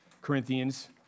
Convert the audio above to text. Corinthians